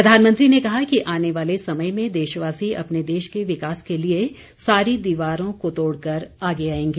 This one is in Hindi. प्रधानमंत्री ने कहा कि आने वाले समय में देशवासी अपने देश के विकास के लिए सारी दीवारों को तोड़कर आगे आएंगे